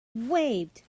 waved